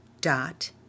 dot